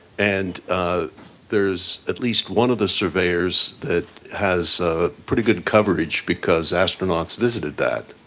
and there is at least one of the surveyors that has pretty good coverage because astronauts visited that.